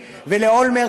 ולאולמרט,